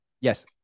yes